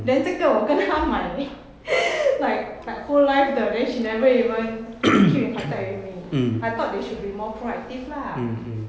then 这个我跟她买 like like whole life 的 then she never even keep in contact with me I thought they should be more proactive lah